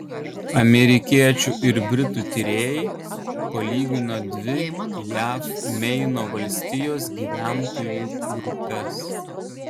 amerikiečių ir britų tyrėjai palygino dvi jav meino valstijos gyventojų grupes